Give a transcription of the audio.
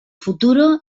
futuro